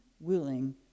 willing